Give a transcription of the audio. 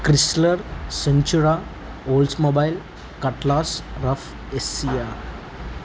Chrysler Centura Oldsmobile Cutlass rafflesia